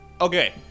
Okay